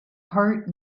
hart